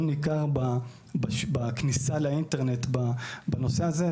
ניכר בכניסה לאתר האינטרנט בנושא הזה,